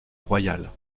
royale